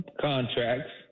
contracts